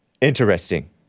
Interesting